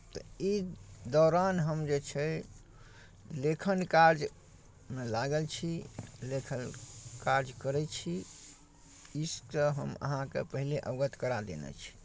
तऽ ई दौरान हम जे छै लेखन कार्यमे लागल छी लेखन कार्य करै छी ई तऽ हम अहाँकेँ पहिले अवगत करा देने छी